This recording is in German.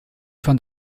fand